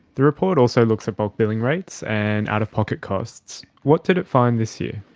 the report also looks at bulk billing rates and out-of-pocket costs. what did it find this year?